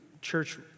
church